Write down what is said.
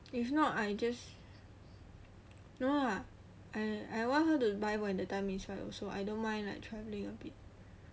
if not I just no ah I I want her to buy when the time is right also I don't mind like travelling